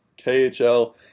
KHL